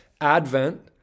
Advent